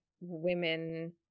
women